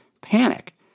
panic